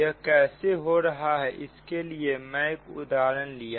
यह कैसे हो रहा है इसके लिए मैंने एक उदाहरण लिया